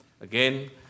Again